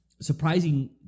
surprising